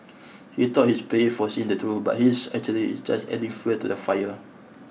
he thought he's brave for saying the truth but he's actually is just adding fuel to the fire